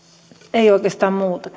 ei oikeastaan muuta